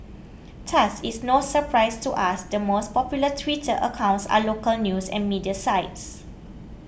thus it's no surprise to us the most popular Twitter accounts are local news and media sites